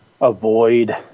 avoid